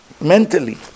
Mentally